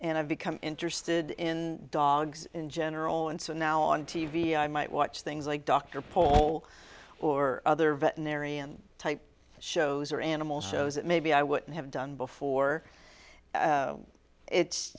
and i've become interested in dogs in general and so now on t v i might watch things like dr pole or other veterinarian type shows or animal shows that maybe i wouldn't have done before it's